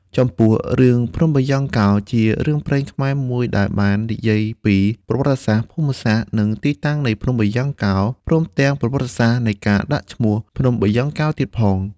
ចំពោះរឿងភ្នំបាយ៉ង់កោ ជារឿងព្រេងខ្មែរមួយដែលបាននិយាយពី ប្រវត្តិសាស្រ្ត ភូមិសាស្រ្ដ និងទីតាំងនៃភ្នំបាយ៉ង់កោ ព្រមទាំងប្រវត្តិនៃការដាក់ឈ្មោះភ្នំបាយ៉ង់កោទៀតផង។